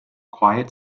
quiet